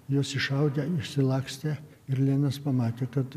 juos iššaudė išsilakstė ir lenas pamatė kad